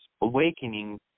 awakening